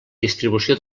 distribució